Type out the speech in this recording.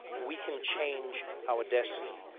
we can change our destiny,